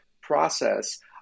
process